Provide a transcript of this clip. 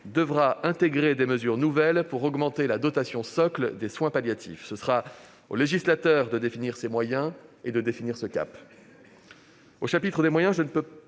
devra intégrer des mesures nouvelles pour augmenter la dotation socle des soins palliatifs. Ce sera au législateur de définir ces moyens et ce cap. Au chapitre des moyens, je ne peux pas